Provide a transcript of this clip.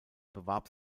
bewarb